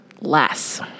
less